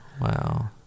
Wow